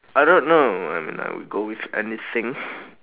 I don't know and I would go with anything